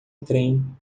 trem